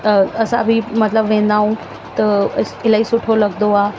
त असां बि मतिलब वेंदा ऐं त स इलाही सुठो लघंदो आहे